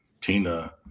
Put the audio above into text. Tina